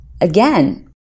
Again